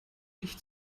licht